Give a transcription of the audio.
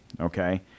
Okay